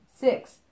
Six